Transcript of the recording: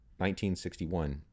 1961